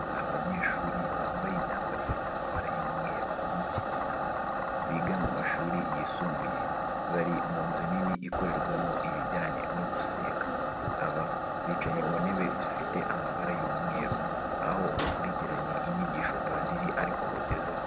Abanyeshuri bambaye imyambaro ifite amabara y'umweru n'kigina biga mu mashuri yisumbuye bari mu nzu nini ikorerwamo ibijyanye no gusenga, aba bicanyi mu ntebe zifite amabara y'umweru aho bakurikiranye inyigisho padiri ari kubagezaho.